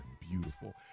beautiful